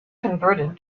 converted